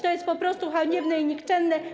To jest po prostu haniebne i nikczemne.